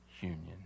union